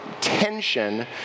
tension